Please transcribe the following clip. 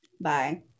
bye